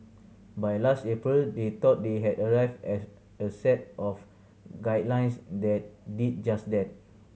by last April they thought they had arrived at a set of guidelines that did just that